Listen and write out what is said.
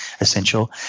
essential